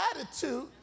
attitude